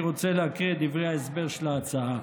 אני רוצה להקריא את דברי ההסבר של ההצעה: